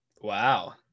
Wow